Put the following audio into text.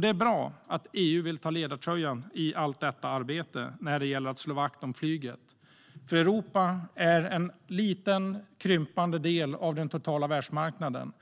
Det är bra att EU vill ta ledartröjan i arbetet med att slå vakt om flyget. Europa är en liten, krympande del av den totala världsmarknaden.